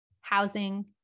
housing